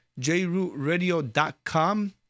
jrootradio.com